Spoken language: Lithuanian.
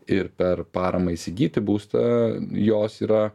ir per paramą įsigyti būstą jos yra